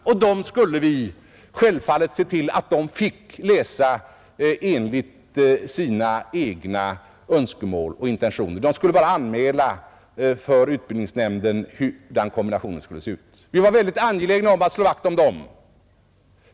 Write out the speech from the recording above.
Självfallet skulle vi se till att de fick läsa enligt sina egna önskemål och intentioner — de skulle bara anmäla för utbildningsnämnden hurdan kombinationen skulle se ut. Vi var väldigt angelägna att slå vakt om dem.